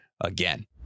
again